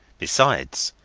besides,